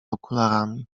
okularami